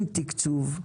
עם תקצוב,